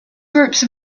groups